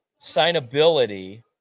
signability